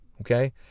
okay